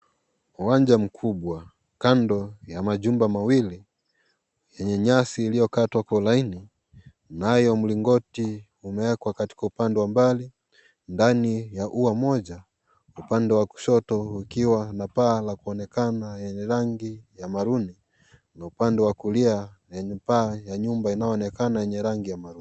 Uwanja mkubwa kando ya machumba mawili yenye nyasi iliyokatwa kwa ulaini nayo mlingoti umewekwa katika upande wa mbali ndani ya ua moja. Upande wa kushoto ukiwa na paa la kuonekana yenye rangi ya maroon na upande wa kulia yenye paa ya nyumba inayoonekana yenye rangi ya maroon .